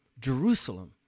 Jerusalem